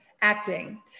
acting